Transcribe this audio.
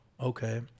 Okay